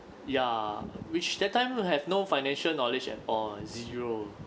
ya which that time we have no financial knowledge at all zero